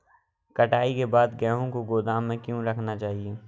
कटाई के बाद गेहूँ को गोदाम में क्यो रखना चाहिए?